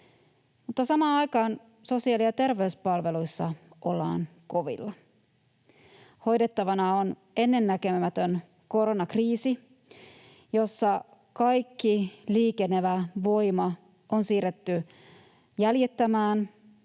Mutta samaan aikaan sosiaali- ja terveyspalveluissa ollaan kovilla. Hoidettavana on ennennäkemätön koronakriisi, jossa kaikki liikenevä voima on siirretty jäljittämään